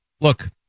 Look